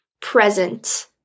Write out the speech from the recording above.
present